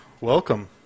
welcome